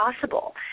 possible